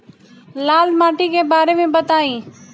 लाल माटी के बारे में बताई